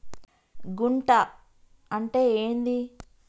గుంట అంటే ఏంది?